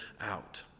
out